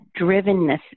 drivenness